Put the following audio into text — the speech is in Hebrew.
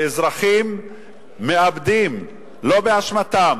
שאזרחים מאבדים, לא באשמתם,